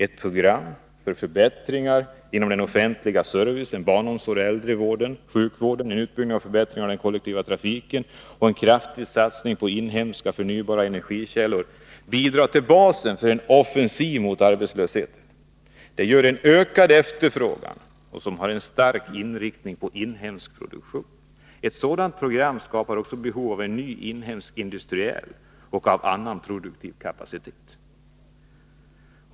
Ett program för förbättringar inom den offentliga servicen, barnomsorgen, äldrevården, sjukvården, en utbyggnad och förbättring av den kollektiva trafiken och en kraftig satsning på inhemska förnybara energikällor bidrar till basen för en offensiv mot arbetslösheten. Det medför en ökad efterfrågan som har en stark inriktning på inhemsk produktion. Ett sådant program skapar också behov av en ny inhemsk industriell och annan produktiv kapacitet.